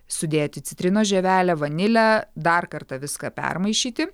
sudėti citrinos žievelę vanilę dar kartą viską permaišyti